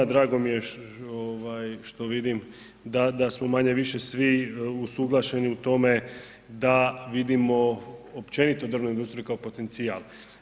Drago mi je što vidim da smo manje-više svi usuglašeni u tome da vidimo općenito drvnu industriju kao potencijal.